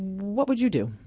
what would you do?